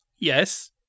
yes